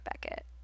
Beckett